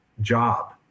job